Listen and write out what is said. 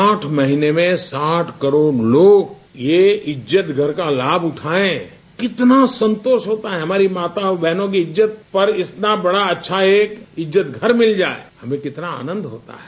साठ महीने में साठ करोड़ लोग ये इज्जतघर का लाभ उठाये कितना संतोष होता है हमारी माताओं और बहनों की इज्जतघर इतना बड़ा अच्छा एक इज्जतघर मिल जाये यह कितना आनंद होता है